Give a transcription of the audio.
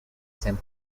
same